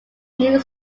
new